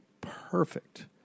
perfect